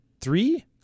three